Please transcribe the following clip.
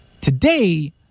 Today